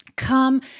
Come